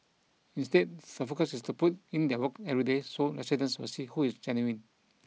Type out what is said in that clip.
instead the focus is to put in their work every day so residents will see who is genuine